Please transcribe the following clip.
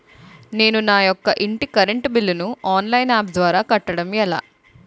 నేను నా యెక్క ఇంటి కరెంట్ బిల్ ను ఆన్లైన్ యాప్ ద్వారా కట్టడం ఎలా?